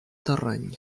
terreny